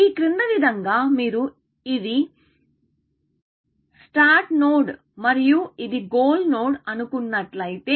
ఈ క్రింది విధంగా మీరు ఇది స్టార్ట్ నోడ్ మరియు ఇది గోల్ నోడ్ అనుకున్నట్లయితే